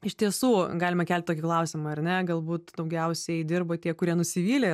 iš tiesų galime kelt tokį klausimą ar ne galbūt daugiausiai dirba tie kurie nusivylę